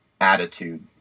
attitude